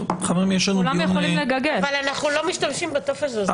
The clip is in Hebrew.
אבל אנחנו לא משתמשים בטופס הזה.